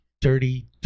dirty